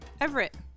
Everett